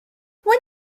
when